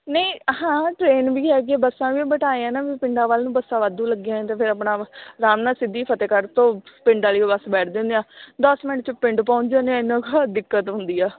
ਨਹੀਂ ਹਾਂ ਟਰੇਨ ਵੀ ਹੈਗੀ ਬੱਸਾਂ ਵੀ ਬਟ ਐਂ ਆਂ ਨਾ ਪਿੰਡਾਂ ਵੱਲ ਨੂੰ ਬੱਸਾਂ ਵਾਧੂ ਲੱਗੀਆਂ ਤਾਂ ਫਿਰ ਆਪਣਾ ਆਰਾਮ ਨਾਲ ਸਿੱਧੀ ਫਤਿਹਗੜ੍ਹ ਤੋਂ ਪਿੰਡ ਵਾਲੀ ਬੱਸ ਬੈਠ ਜਾਂਦੇ ਹਾਂ ਦਸ ਮਿੰਟ 'ਚ ਪਿੰਡ ਪਹੁੰਚ ਜਾਂਦੇ ਐਨਾ ਕਿਹ ਦਿੱਕਤ ਹੁੰਦੀ ਆ